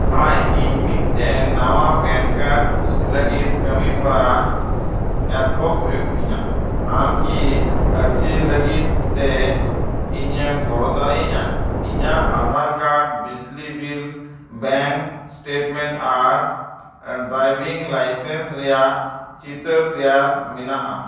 ᱦᱟᱭ ᱤᱧ ᱢᱤᱫᱴᱮᱱ ᱱᱟᱣᱟ ᱯᱮᱱ ᱠᱟᱨᱰ ᱞᱟᱹᱜᱤᱫ ᱠᱟᱹᱢᱤᱦᱚᱨᱟ ᱮᱛᱚᱦᱚᱵ ᱦᱩᱭᱩᱜ ᱛᱤᱧᱟᱹ ᱟᱢᱠᱤ ᱟᱨᱡᱤ ᱞᱟᱹᱜᱤᱫ ᱛᱮ ᱤᱧᱮᱢ ᱜᱚᱲᱚ ᱫᱟᱲᱮᱭᱟᱹᱧᱟᱹ ᱤᱧᱟᱹᱜ ᱟᱫᱷᱟᱨ ᱠᱟᱨᱰ ᱵᱤᱡᱽᱞᱤ ᱵᱤᱞ ᱵᱮᱝᱠ ᱥᱴᱮᱴᱢᱮᱱᱴ ᱟᱨ ᱰᱨᱟᱭᱵᱷᱤᱝ ᱞᱟᱭᱥᱮᱱᱥ ᱨᱮᱱᱟᱜ ᱪᱤᱛᱟᱹᱨ ᱛᱮᱭᱟᱨ ᱢᱮᱱᱟᱜᱼᱟ